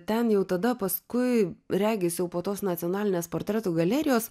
ten jau tada paskui regis jau po tos nacionalinės portretų galerijos